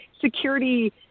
security